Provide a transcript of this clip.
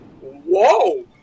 Whoa